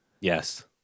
Yes